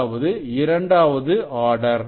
அதாவது இரண்டாவது ஆர்டர்